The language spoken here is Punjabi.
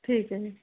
ਠੀਕ ਹੈ ਜੀ